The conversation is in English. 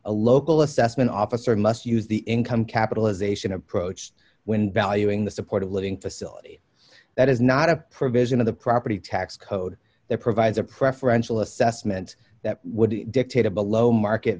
a local assessment officer must use the income capitalization approach when valuing the support of living facility that is not a provision of the property tax code that provides a preferential assessment that would dictate a below market